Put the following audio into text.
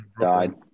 died